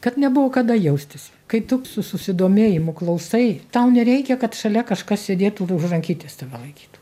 kad nebuvo kada jaustis kai tu su susidomėjimu klausai tau nereikia kad šalia kažkas sėdėtų ir už rankytės tave laikytų